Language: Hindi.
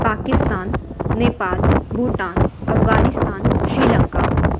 पाकिस्तान नेपाल भूटान अफ़ग़ानिस्तान श्री लंका